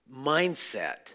mindset